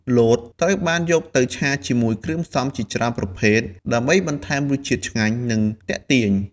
លតត្រូវបានយកទៅឆាជាមួយគ្រឿងផ្សំជាច្រើនប្រភេទ ដើម្បីបន្ថែមរសជាតិឆ្ងាញ់ និងទាក់ទាញ។